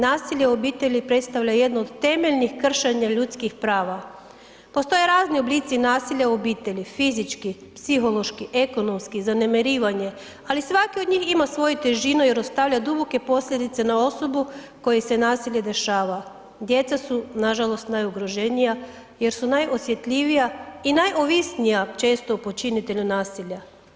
Nasilje u obitelji predstavlja jednu od temeljnih kršenja ljudskih prava, postoje razni oblici nasilja u obitelji, fizički, psihološki, ekonomski, zanemarivanje, ali svaki od njih ima svoju težinu jer ostavlja duboke posljedice na osobu kojoj se nasilje dešava, djeca su nažalost najugroženija jer su najosjetljivija i najovisnija često o počinitelju nasilja.